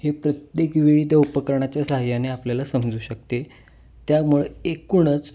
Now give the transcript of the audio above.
हे प्रत्येकवेळी त्या उपकरणाच्या सहाय्याने आपल्याला समजू शकते त्यामुळे एकूणच